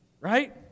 right